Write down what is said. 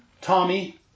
Tommy